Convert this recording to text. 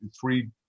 three